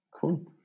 cool